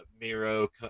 Miro